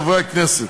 חברי הכנסת,